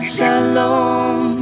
Shalom